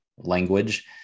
language